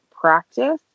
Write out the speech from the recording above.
practice